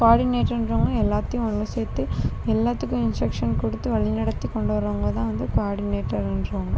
கோஆடினேட்டர்ன்றவங்க எல்லாத்தையும் ஒன்று சேர்த்து எல்லாத்துக்கும் இன்ஸ்ட்ரக்சன் கொடுத்து வழிநடத்தி கொண்டு வரவங்க தான் வந்து கோஆடினேட்டர்ன்றவங்க